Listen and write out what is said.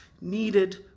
needed